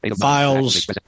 files